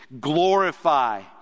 glorify